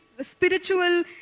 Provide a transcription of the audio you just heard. spiritual